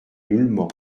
nullement